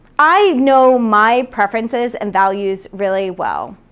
i know my preferences and values really well,